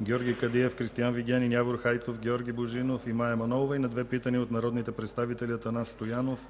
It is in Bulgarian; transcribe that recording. Георги Кадиев, Кристиан Вигенин, Явор Хайтов, Георги Божинов, и Мая Манолова и на две питания от народните представители Атанас Стоянов,